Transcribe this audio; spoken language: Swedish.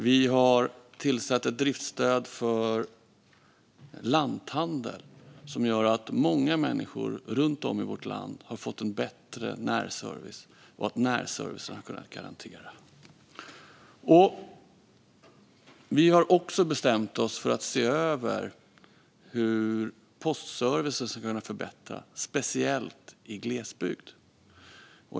Vi har tillsatt ett driftstöd för lanthandeln som gör att många människor runt om i vårt land har fått bättre närservice och att närservice har kunnat garanteras. Vi har också bestämt oss för att se över hur postservicen ska kunna förbättras, speciellt i glesbygd.